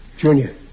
Junior